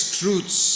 truths